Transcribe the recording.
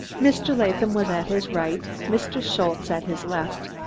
mr. latham was at his right, mr. schultze at his left,